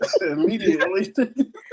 Immediately